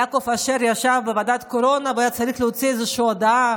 יעקב אשר ישב בוועדת קורונה והיה צריך להוציא איזושהי הודעה